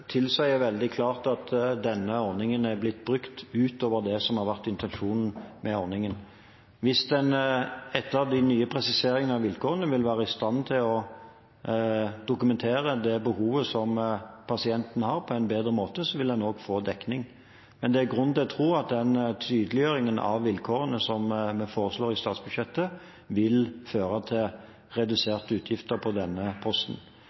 veldig klart at denne ordningen har blitt brukt utover det som har vært intensjonen med ordningen. Hvis en etter de nye presiseringene av vilkårene vil være i stand til å dokumentere det behovet som pasienten har, på en bedre måte, vil en også få dekning. Men det er grunn til å tro at den tydeliggjøringen av vilkårene som vi foreslår i statsbudsjettet, vil føre til reduserte utgifter på denne posten.